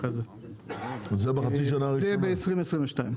וזה ב-2022.